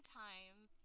times